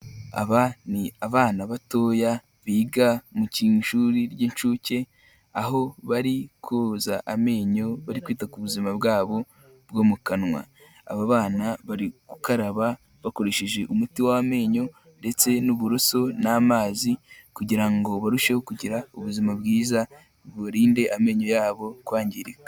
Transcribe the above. Aba ni abana batoya biga mu ishuri ry'inshuke aho bari koza amenyo bari kwita ku buzima bwabo bwo mu kanwa. Aba bana bari gukaraba bakoresheje umuti w'amenyo ndetse n'uburuso n'amazi kugira ngo barusheho kugira ubuzima bwiza burinde amenyo yabo kwangirika.